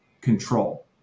control